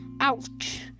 Ouch